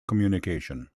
communication